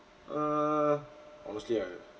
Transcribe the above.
err honestly I